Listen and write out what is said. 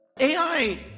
AI